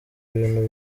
ibintu